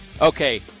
Okay